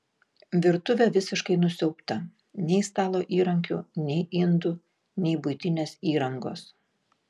virtuvė visiškai nusiaubta nei stalo įrankių nei indų nei buitinės įrangos